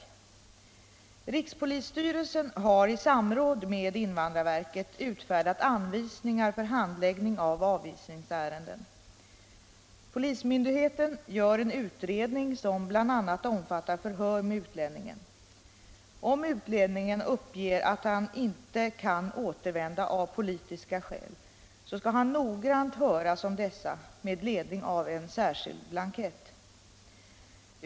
Rikspolisstyrelsen har i samråd med invandrarverket utfärdat anvisningar för handläggning av avvisningsärende. Polismyndigheten gör en utredning, som bl.a. omfattar förhör med utlänningen. Om utlänningen uppger att han inte kan återvända av politiska skäl skall han noggrant höras om dessa med ledning av särskild blankett.